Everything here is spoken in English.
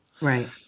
Right